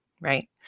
right